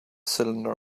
cylinder